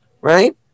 right